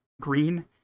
Green